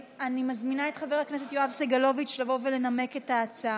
אני מזמינה את חבר הכנסת יואב סגלוביץ' לבוא ולנמק את ההצעה.